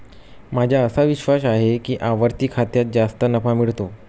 माझा असा विश्वास आहे की आवर्ती खात्यात जास्त नफा मिळतो